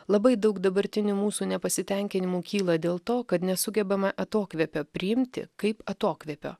labai daug dabartinių mūsų nepasitenkinimų kyla dėl to kad nesugebame atokvėpio priimti kaip atokvėpio